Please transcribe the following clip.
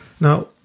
Now